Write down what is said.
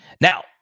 Now